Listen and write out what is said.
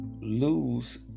lose